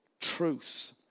truth